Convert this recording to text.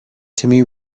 timmy